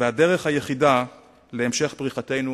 והדרך היחידה להמשך פריחתנו